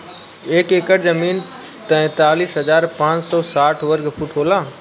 एक एकड़ जमीन तैंतालीस हजार पांच सौ साठ वर्ग फुट होला